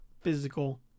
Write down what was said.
physical